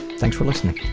thanks for listening